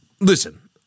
Listen